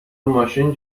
ماشین